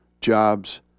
jobs